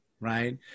right